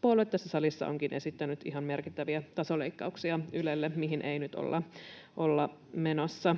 puolue tässä salissa onkin esittänyt ihan merkittäviä tasoleikkauksia Ylelle, mihin ei nyt olla menossa.